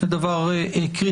זה דבר קריטי.